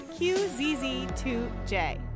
qzz2j